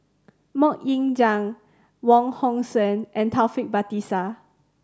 Mok Ying Jang Wong Hong Suen and Taufik Batisah